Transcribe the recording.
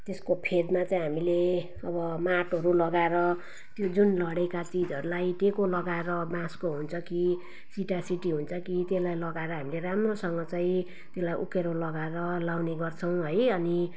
त्यसको फेदमा चाहिँ हामीले अब माटोहरू लगाएर त्यो जुन लडेका चिजहरूलाई टेको लगाएर बाँसको हुन्छ कि सिटासिटी हुन्छ कि त्यसलाई लगाएर हामीले राम्रोसँग चाहिँ त्यसलाई उकेरो लगाएर लगाउने गर्छौँ है अनि